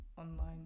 online